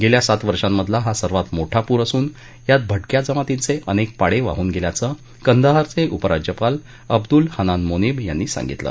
गख्वा सात वर्षांमधला हा सर्वात मोठा पूर असून यात भा क्या जमातींच क्विनक्त पाडविहून गल्खाचं कंदाहारच उपराज्यपाल अब्दुल हनान मोनीब यांनी सांगितलं